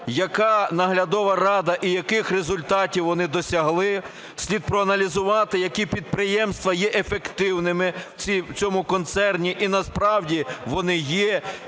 яка наглядова рада і яких результатів вони досягли. Слід проаналізувати, які підприємства є ефективними в цьому концерні, і насправді вони є,